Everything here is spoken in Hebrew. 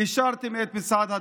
אישרתם את מצעד הדגלים.